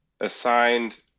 assigned